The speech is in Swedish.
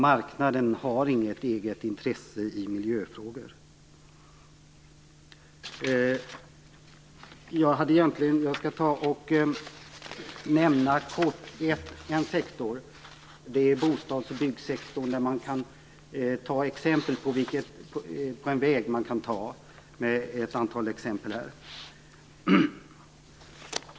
Marknaden har inget eget intresse i miljöfrågor. Jag skall kort nämna en sektor. Det gäller bostadsoch byggsektorn. Där finns det exempel på en väg som man kan ta. Låt mig ge ett antal exempel.